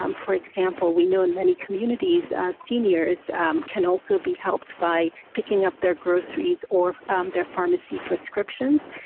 um for example we know in many communities, seniors can also be helped by picking up their groceries or um their pharmacy prescriptions.